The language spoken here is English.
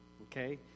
okay